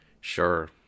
sure